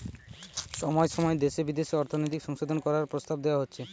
সময় সময় দেশে বিদেশে অর্থনৈতিক সংশোধন করার প্রস্তাব দেওয়া হচ্ছে